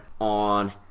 on